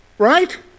Right